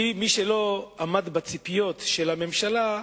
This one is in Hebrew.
כי מי שלא עמד בציפיות של הממשלה,